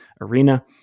arena